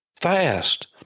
fast